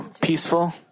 peaceful